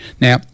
now